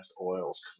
oils